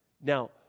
Now